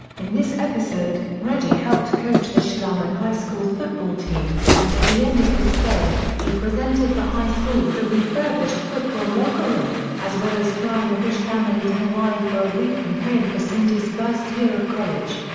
in this episode, reggie helped coach the schlarman high school football team, and at the end of his stay, he presented the high school with a refurbished football locker room, as well as flying the bush family to hawaii for a week and paying for cindy's first year of college.